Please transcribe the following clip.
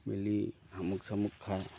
মেলি শামুক চামুক খায়